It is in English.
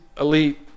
elite